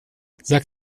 sag